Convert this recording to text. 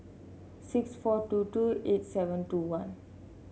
six four two two eight seven two one